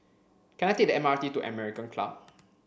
can I take the M R T to American Club